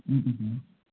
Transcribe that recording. ம் ம் ம்